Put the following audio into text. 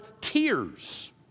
tears